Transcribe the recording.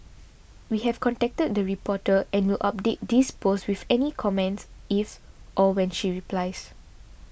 we have contacted the reporter and will update this post with any comments if or when she replies